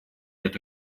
это